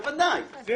--- זה